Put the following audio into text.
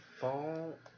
fall